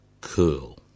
Cool